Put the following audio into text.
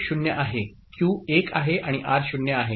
Q 1 आहे आणि R 0 आहे